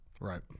Right